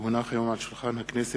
כי הונחו היום על שולחן הכנסת,